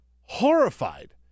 horrified